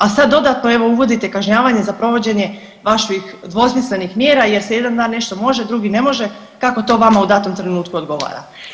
A sad dodatno evo uvodite kažnjavanje za provođenje vaših dvosmislenih mjera jer se jedan dan nešto može, drugi ne može kako to vama u datom trenutku odgovara.